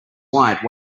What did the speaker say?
white